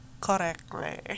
correctly